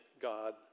God